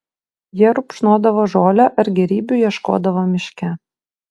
jie rupšnodavo žolę ar gėrybių ieškodavo miške